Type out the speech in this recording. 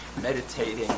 meditating